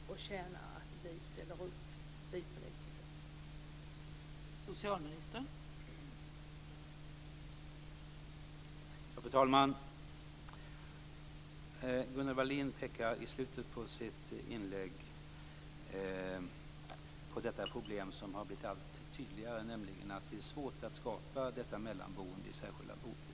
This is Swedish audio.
De måste känna att vi politiker ställer upp.